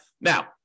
Now